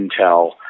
Intel